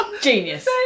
Genius